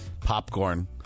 Popcorn